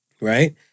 Right